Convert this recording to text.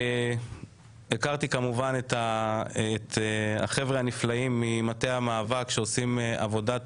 הכרתי את החבר'ה הנפלאים ממטה המאבק שעושים עבודת